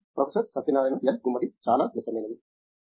professor Satyanarayana N Gummadi చాలా క్లిష్టమైనవని